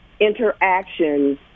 interactions